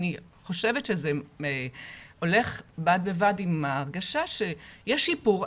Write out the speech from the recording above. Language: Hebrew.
אני חושבת שזה הולך בד בבד עם ההרגשה שיש שיפור.